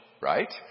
right